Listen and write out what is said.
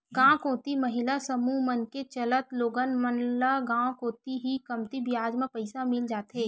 गांव कोती महिला समूह मन के चलत लोगन मन ल गांव कोती ही कमती बियाज म पइसा मिल जाथे